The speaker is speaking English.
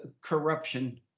corruption